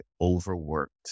overworked